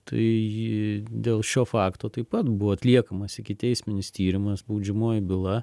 tai dėl šio fakto taip pat buvo atliekamas ikiteisminis tyrimas baudžiamoji byla